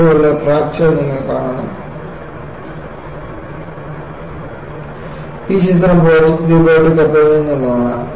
ഇവിടെയുള്ള ഫ്രാക്ചർ നിങ്ങൾ കാണുന്നു ഈ ചിത്രം പ്രോജക്റ്റ് ലിബർട്ടി കപ്പലിൽ നിന്നുള്ളതാണ്